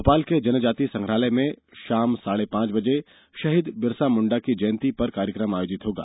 भोपाल के जनजाति संग्रहालय में शाम साढ़े पांच बजे शहीद बिरसा मुण्डा की जयन्ती पर कार्यक्रम आयोजित होगा